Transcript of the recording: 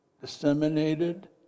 disseminated